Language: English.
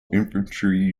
infantry